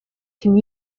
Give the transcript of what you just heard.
can